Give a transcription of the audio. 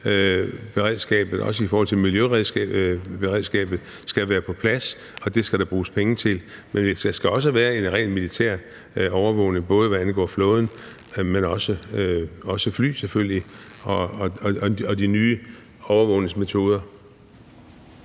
redningsberedskabet og også miljøberedskabet skal være på plads, og det skal der bruges penge til. Men der skal også være en ren militær overvågning, både hvad angår flåden, men selvfølgelig også hvad angår fly og de nye overvågningsmetoder.